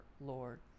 Lord